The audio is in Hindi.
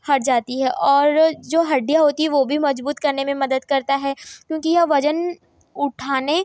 हट जाती है और जो हड्डिया होती है वह भी मजबूत करने में मदद करता है क्योंकि यह वजन उठाने